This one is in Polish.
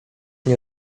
nie